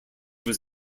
was